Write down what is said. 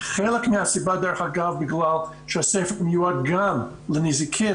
חלק מהסיבה דרך אגב בגלל שהספר מיועד גם לנזיקין,